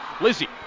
Lizzie